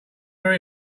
wear